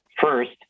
First